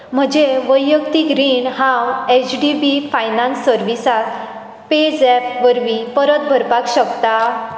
म्हजे वैयक्तीक रीण हांव एच डी बी फायनान्स सर्विसेसांत पेझॅप वरवीं परत भरपाक शकता